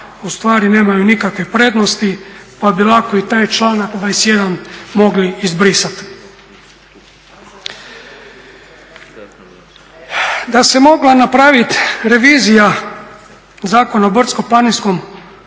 ustvari nemaju nikakve prednosti pa bi lako i taj članak 21. mogli izbrisat. Da se mogla napravit revizija Zakona o brdsko-planinskom